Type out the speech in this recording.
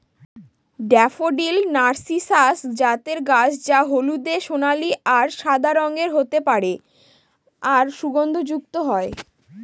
daffodil narcissus জাতের গাছ যা হলদে সোনালী আর সাদা রঙের হতে পারে আর সুগন্ধযুক্ত হয়